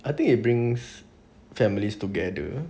I think it brings families together